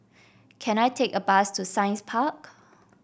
can I take a bus to Science Park